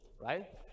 right